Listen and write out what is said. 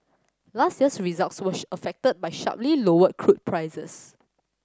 last year's results were affected by sharply lower crude prices